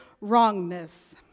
wrongness